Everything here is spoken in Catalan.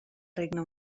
regne